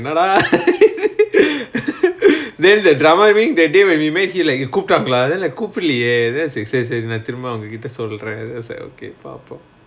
என்னடா:ennadaa then the drama week that day when we met he like you கூப்டாங்களா அதலால கூபுடலயே அதல சரி சரி நா திரும்ப அவங்கட்ட சொல்ற:kooptaangalaa athala koopdalayae athala sari sari naa thirumba avangatta solra then I was okay பாபோ:paapo